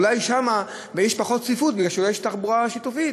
אולי שם יש פחות צפיפות משום שיש שם תחבורה שיתופית.